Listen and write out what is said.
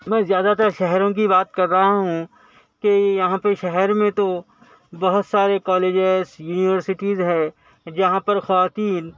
میں زیادہ تر شہروں کی بات کر رہا ہوں کہ یہاں پہ شہر میں تو بہت سارے کالجز یونیورسٹیز ہے جہاں پر خواتین